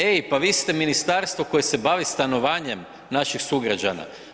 Ej, pa vi ste ministarstvo koje se bavi stanovanjem naših sugrađana.